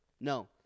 no